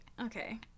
Okay